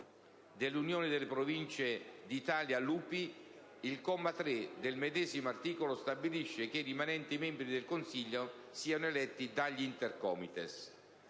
dell'Unione delle Province d'Italia (UPI). Il comma 3 del medesimo articolo stabilisce che i rimanenti membri del Consiglio siano eletti dagli Intercomites.